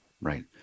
right